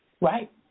Right